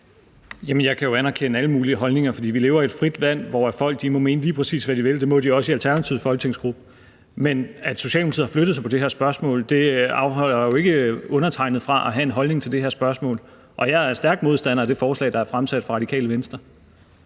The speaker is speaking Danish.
jeg kan anerkende alle mulige holdninger, for vi lever i et frit land, hvor folk må mene, lige præcis hvad de vil. Det må de også i Alternativets folketingsgruppe. Men at Socialdemokratiet har flyttet sig på det her spørgsmål, afholder jo ikke undertegnede fra at have en holdning til det her spørgsmål, og jeg er stærk modstander af det forslag, der er fremsat af Radikale Venstre.